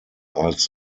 als